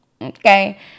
Okay